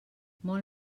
molt